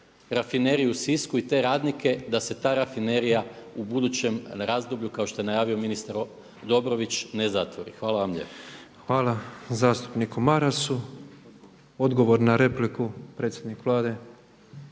rafineriju u Sisku i te radnike da se ta rafinerija u budućem razdoblju kao što je najavio ministar Dobrović ne zatvori. Hvala vam lijepa. **Petrov, Božo (MOST)** Hvala zastupniku Marasu. Odgovor na repliku predsjednik Vlade.